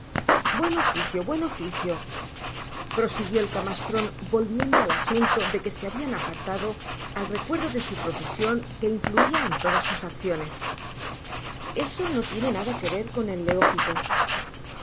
buen oficio buen oficio prosiguió el camastron volviéndo al asunto de que se habian apartado al recuerdo de su profesion que influia en todas sus accionesese no jiene nada que ver oon c